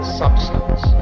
substance